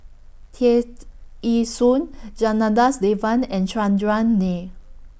Tear Ee Soon Janadas Devan and Chandran Nair